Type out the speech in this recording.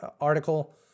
article